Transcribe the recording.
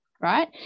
right